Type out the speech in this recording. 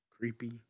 Creepy